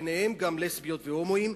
וביניהם גם לסביות והומואים,